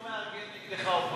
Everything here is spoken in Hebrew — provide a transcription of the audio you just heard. לא מארגן נגדך אופוזיציה.